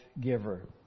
giver